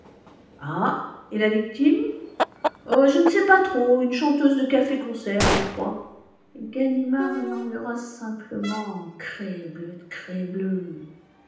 ah et la victime je ne sais pas trop une chanteuse de café-concert je crois ganimard murmura simplement crebleu de